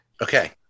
okay